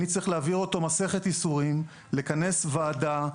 אני צריך להעביר אותו מסכת ייסורים: לכנס ועדה,